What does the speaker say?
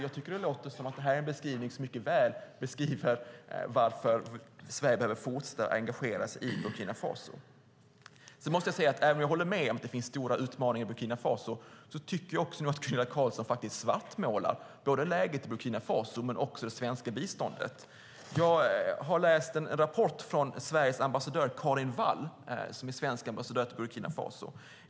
Jag tycker att det mycket väl beskriver varför Sverige behöver fortsätta att engagera sig i Burkina Faso. Sedan måste jag säga att även om jag håller med om att det finns stora utmaningar i Burkina Faso tycker jag att Gunilla Carlsson faktiskt svartmålar läget i Burkina Faso men också det svenska biståndet. Jag har läst en rapport från Sveriges ambassadör i Burkina Faso, Carin Wall.